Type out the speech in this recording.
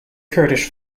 kurdish